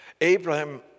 Abraham